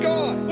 God